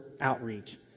outreach